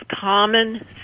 common